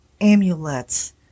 amulets